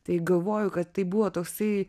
tai galvoju kad tai buvo toksai